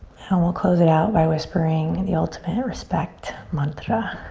we'll close it out by whispering and the ultimate respect mantra,